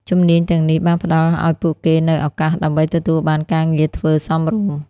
ជំនាញទាំងនេះបានផ្តល់ឱ្យពួកគេនូវឱកាសដើម្បីទទួលបានការងារធ្វើសមរម្យ។